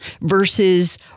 versus